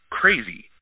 crazy